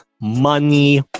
money